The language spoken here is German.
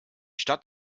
stadt